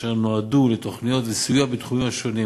אשר נועדו לתוכניות וסיוע בתחומים השונים,